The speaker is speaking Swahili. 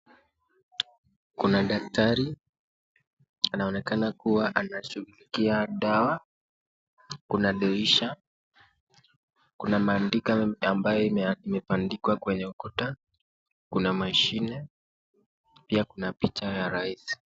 Kuna daktari anaonekana kuwa anashughulikia dawa. Kuna dirisha. Kuna maandiko ambayo imebandikwa kwenye ukuta. Kuna mashine. Pia kuna picha ya rais.